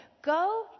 Go